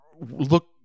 look